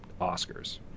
Oscars